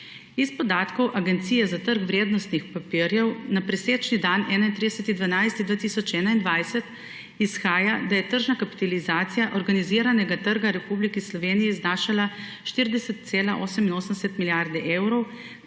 Iz podatkov Agencije za trg vrednostnih papirjev na presečni dan 31. 12. 2020 izhaja, da je tržna kapitalizacija organiziranega trga v Republiki Sloveniji znašala 40,88 milijarde evrov,